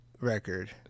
record